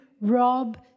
rob